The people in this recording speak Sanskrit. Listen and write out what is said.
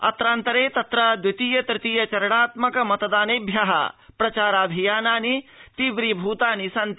अत्रान्तरे तत्र द्वितीय तृतीय चरणात्मक मतदानेभ्य प्रचाराभियानानि तीव्री भूतानि सन्ति